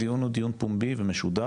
הדיון הוא דיון פומבי ומשודר,